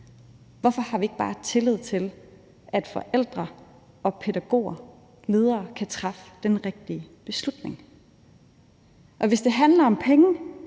Hvorfor har vi ikke bare tillid til, at forældre, pædagoger og ledere kan træffe den rigtige beslutning? Og hvis det handler om penge,